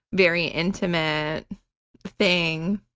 very intimate thing